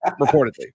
reportedly